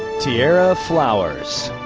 tierra flowers.